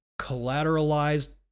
collateralized